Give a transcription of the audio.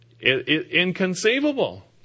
Inconceivable